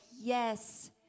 yes